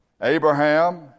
Abraham